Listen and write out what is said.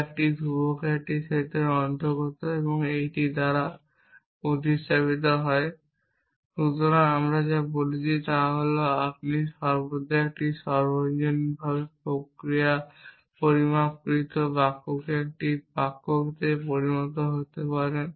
যা একটি ধ্রুবকের একটি সেটের অন্তর্গত একটি দ্বারা প্রতিস্থাপিত হয়। সুতরাং আমরা যা বলছি তা হল যে আপনি সর্বদা একটি সর্বজনীনভাবে পরিমাপকৃত বাক্যকে একটি বাক্যে পরিণত করতে পারেন